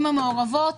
המעורבות.